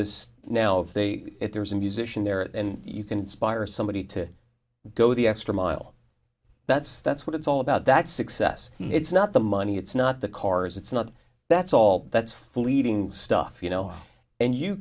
this now if they if there's a musician there and you can inspire somebody to go the extra mile that's that's what it's all about that success it's not the money it's not the cars it's not that's all that's fleeting stuff you know and you